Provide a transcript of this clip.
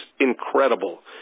incredible